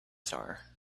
star